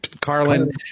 Carlin